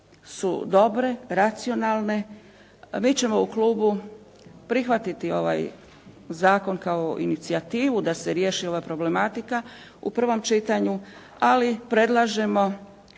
su dobre, racionalne. Mi ćemo u Klubu prihvatiti ovaj zakon kao inicijativu da se riješi ova problematika u prvom čitanju, ali predlažemo